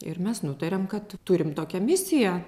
ir mes nutarėm kad turim tokią misiją